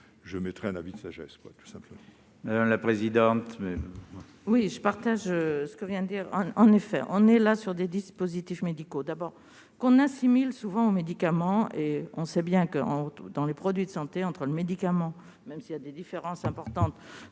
j'émettrai un avis de sagesse.